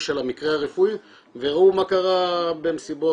של המקרה הרפואי וראוה מה קרה במסיבות,